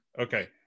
Okay